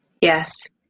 yes